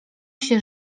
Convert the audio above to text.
się